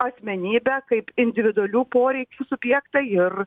asmenybę kaip individualių poreikių subjektą ir